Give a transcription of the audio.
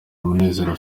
munezero